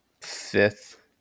fifth